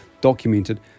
documented